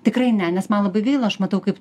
tikrai ne nes man labai gaila aš matau kaip